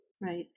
Right